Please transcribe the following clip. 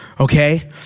Okay